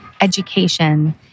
education